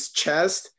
chest